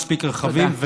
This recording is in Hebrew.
מספיק רחבים,